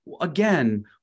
again